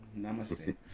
Namaste